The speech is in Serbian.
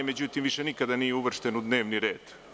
Međutim, više nikada nije uvršten u dnevni red.